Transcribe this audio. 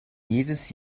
jedes